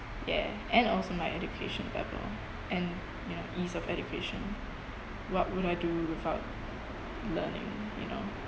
ya and also my education background and you know ease of education what would I do without learning you know